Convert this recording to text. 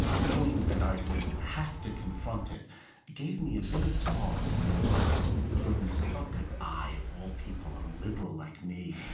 knowing that i would have to confront it gave me a bit of pause. i thought, oh, goodness, how could i, of all people, a liberal like me,